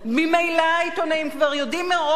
ממילא העיתונאים כבר יודעים מראש,